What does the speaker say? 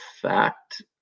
fact